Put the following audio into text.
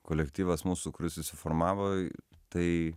kolektyvas mūsų kuris susiformavo tai